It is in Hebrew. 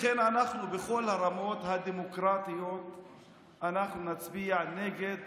לכן אנחנו בכל הרמות הדמוקרטיות נצביע נגד